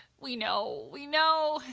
we know, we know,